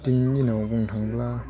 दिनैनि दिनाव बुंनो थाङोब्ला